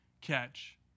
catch